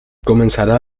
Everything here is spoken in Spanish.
comenzará